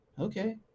Okay